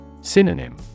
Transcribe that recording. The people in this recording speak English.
Synonym